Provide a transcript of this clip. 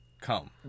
come